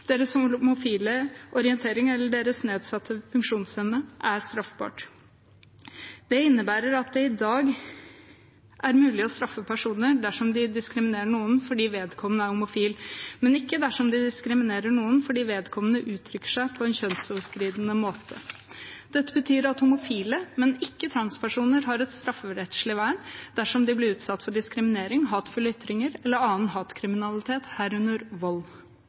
deres homofile orientering eller deres nedsatte funksjonsevne er straffbart. Det innebærer at det i dag er mulig å straffe personer dersom de diskriminerer noen fordi vedkommende er homofil, men ikke dersom de diskriminerer noen fordi vedkommende uttrykker seg på en kjønnsoverskridende måte. Dette betyr at homofile, men ikke transpersoner, har et strafferettslig vern dersom de blir utsatt for diskriminering, hatefulle ytringer eller annen hatkriminalitet, herunder vold.